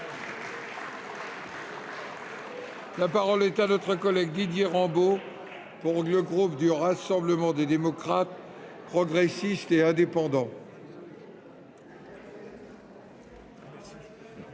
La parole est à M. Didier Rambaud, pour le groupe Rassemblement des démocrates, progressistes et indépendants.